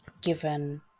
given